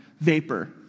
Vapor